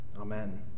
Amen